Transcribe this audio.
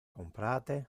comprate